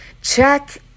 Check